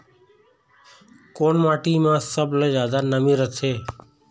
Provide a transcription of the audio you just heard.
कोन माटी म सबले जादा नमी रथे?